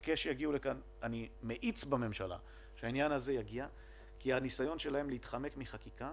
אני מאיץ בממשלה שהעניין הזה יגיע כי הניסיון שלהם להתחמק מחקיקה